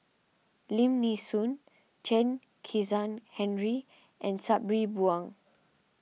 Lim Nee Soon Chen Kezhan Henri and Sabri Buang